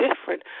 different